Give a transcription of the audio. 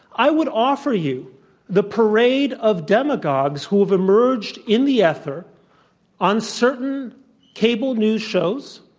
i would offer you the parade of demagogues who have emerged in the ether on certain cable news shows,